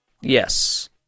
Yes